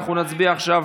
אנחנו נצביע עכשיו